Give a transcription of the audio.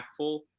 impactful